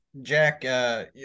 Jack